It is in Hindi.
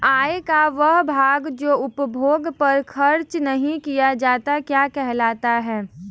आय का वह भाग जो उपभोग पर खर्च नही किया जाता क्या कहलाता है?